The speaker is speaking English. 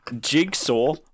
Jigsaw